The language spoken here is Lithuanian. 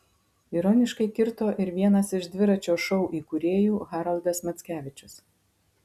ironiškai kirto ir vienas iš dviračio šou įkūrėjų haroldas mackevičius